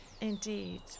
Indeed